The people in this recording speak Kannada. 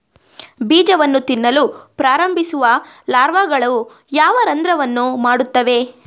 ಬೀಜವನ್ನು ತಿನ್ನಲು ಪ್ರಾರಂಭಿಸುವ ಲಾರ್ವಾಗಳು ಯಾವ ರಂಧ್ರವನ್ನು ಮಾಡುತ್ತವೆ?